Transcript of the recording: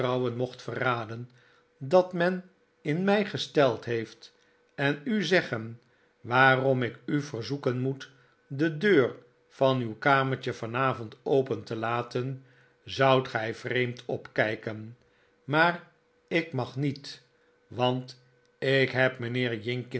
verraden dat men in mij gesteld heeft en u zeggen waarom ik u verzoeken moet de deur van uw kamertje vanavond open te laten zoudt gij vreemd opkijken maar ik mag niet want ik heb mijnheer